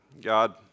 God